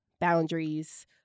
boundaries